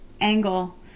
angle